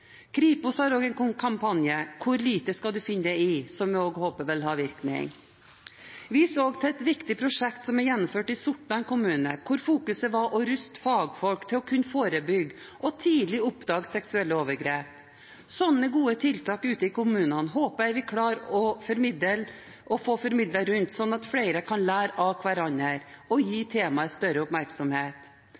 Kripos har også en kampanje – Hvor lite skal du finne deg i? – som jeg også håper vil ha virkning. Jeg viser også til et viktig prosjekt som er gjennomført i Sortland kommune hvor fokuset var å ruste fagfolk til å kunne forebygge og tidlig oppdage seksuelle overgrep. Slike gode tiltak ute i kommunene håper jeg vi klarer å få formidlet, slik at flere kan lære av hverandre og gi temaet større oppmerksomhet.